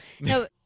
No